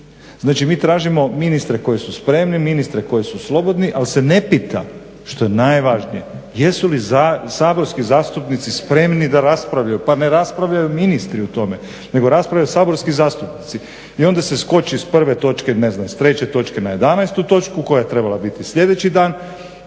Znači, mi tražimo ministre koji su spremni, ministre koji su slobodni, ali se ne pita što je najvažnije jesu li saborski zastupnici spremni da raspravljaju? Pa ne raspravljaju ministri o tome nego raspravljaju saborski zastupnici. I onda se skoči s prve točke ne znam s treće točke na jedanaestu točku koja je trebala biti sljedeći dan